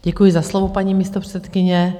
Děkuji za slovo, paní místopředsedkyně.